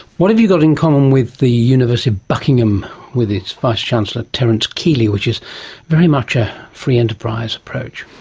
what have you got in common with the university of buckingham with its vice-chancellor terence kealey, which is very much a free enterprise approach?